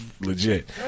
legit